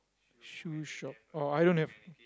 shoe shop oh I don't have